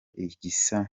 igisa